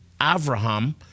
Avraham